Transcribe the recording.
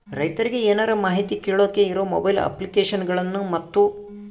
ರೈತರಿಗೆ ಏನರ ಮಾಹಿತಿ ಕೇಳೋಕೆ ಇರೋ ಮೊಬೈಲ್ ಅಪ್ಲಿಕೇಶನ್ ಗಳನ್ನು ಮತ್ತು?